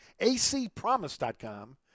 ACpromise.com